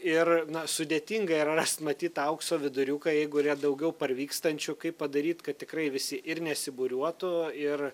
ir na sudėtinga yra rast matyt tą aukso viduriuką jeigu yra daugiau parvykstančių kaip padaryt kad tikrai visi ir nesibūriuotų ir